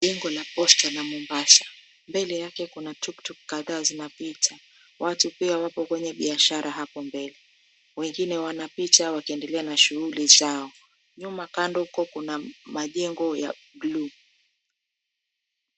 Jengo la posta la Mombasa. Mbele yake kuna tuktuk kadhaa zinapita. Watu pia wako kwenye biashara hapo mbele. Wengine wanapita wakiendelea na shughuli zao. Nyuma, kando huko kuna majengo ya blue .